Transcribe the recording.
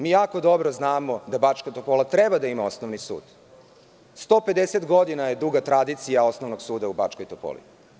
Mi jako dobro znamo da Bačka Topola treba da ima osnovni sud i 150 godina je duga tradicija Osnovnog suda u Bačkoj Topoli?